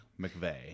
McVeigh